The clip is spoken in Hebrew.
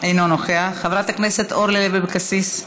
אינו נוכח, חברת הכנסת אורלי לוי אבקסיס,